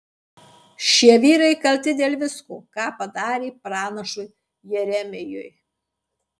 šie vyrai kalti dėl visko ką padarė pranašui jeremijui